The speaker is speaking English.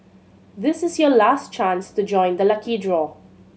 this is your last chance to join the lucky draw